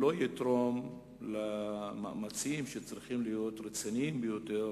לא יתרום למאמצים, שצריכים להיות רציניים ביותר,